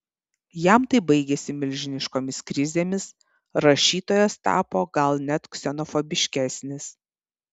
jam tai baigėsi milžiniškomis krizėmis rašytojas tapo gal net ksenofobiškesnis